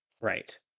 right